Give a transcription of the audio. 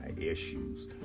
issues